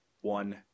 one